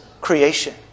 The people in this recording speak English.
creation